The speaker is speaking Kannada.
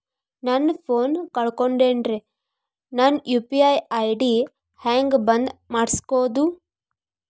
ನನ್ನ ಫೋನ್ ಕಳಕೊಂಡೆನ್ರೇ ನನ್ ಯು.ಪಿ.ಐ ಐ.ಡಿ ಹೆಂಗ್ ಬಂದ್ ಮಾಡ್ಸೋದು?